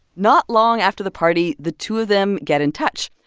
not long after the party, the two of them get in touch.